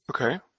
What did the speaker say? Okay